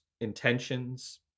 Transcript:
intentions